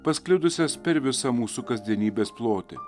pasklidusias per visą mūsų kasdienybės plotį